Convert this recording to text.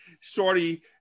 shorty